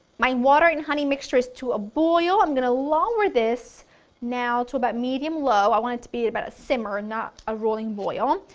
my water and honey mixture is to a boil, i'm going to lower this now to about medium-low i want it to be about a simmer, not a rolling boil.